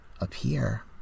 appear